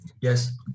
Yes